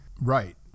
Right